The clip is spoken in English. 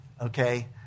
okay